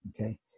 Okay